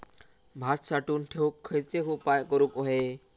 भात साठवून ठेवूक खयचे उपाय करूक व्हये?